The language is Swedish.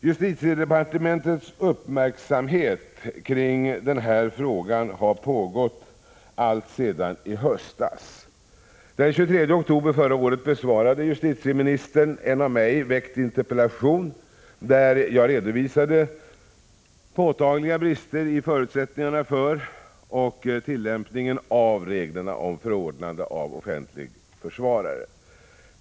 Justitiedepartementet har uppmärksammat den här frågan alltsedan i höstas. Den 23 oktober förra året besvarade justitieministern en av mig väckt interpellation där jag redovisade påtagliga brister i förutsättningarna för och tillämpningen av reglerna om förordnande av offentlig försvarare.